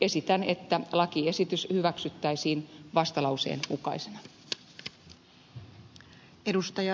esitän että lakiesitys hyväksyttäisiin vastalauseen mukaisena